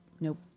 Nope